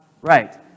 Right